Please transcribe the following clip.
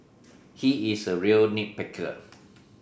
he is a real nit picker